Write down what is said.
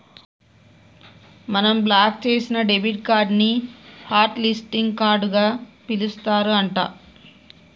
మనం బ్లాక్ చేసిన debit card ని హట్ లిస్టింగ్ కార్డుగా పిలుస్తారు అంట